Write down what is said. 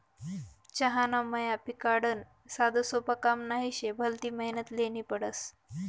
चहाना मया पिकाडनं साधंसोपं काम नही शे, भलती मेहनत ल्हेनी पडस